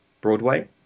broadway